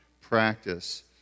practice